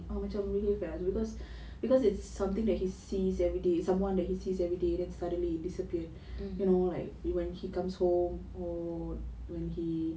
ah macam lonely affair because its something that he sees everyday someone that he sees everyday then suddenly disappear you know like when he comes home when he